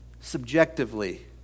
subjectively